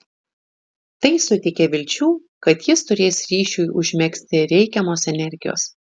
tai suteikė vilčių kad jis turės ryšiui užmegzti reikiamos energijos